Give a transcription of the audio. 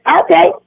Okay